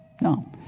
No